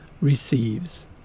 receives